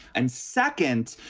and second,